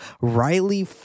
Riley